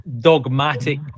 dogmatic